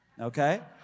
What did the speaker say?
Okay